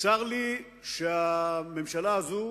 צר לי שהממשלה הזאת